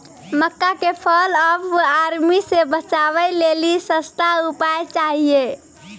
मक्का के fall of army से बचाबै लेली सस्ता उपाय चाहिए?